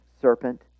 serpent